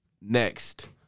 Next